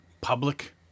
public